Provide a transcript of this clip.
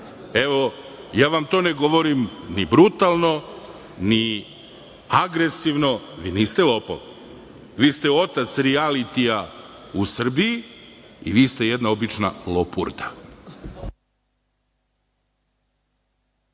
Evo, ja vam to ne govorim ni brutalno, ni agresivno. Vi niste lopov, vi ste otac rijalitija u Srbiji i vi ste jedna obična lopurda.